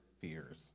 fears